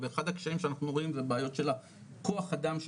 אחד הקשיים שאנחנו רואים זה בעיות של הכוח אדם,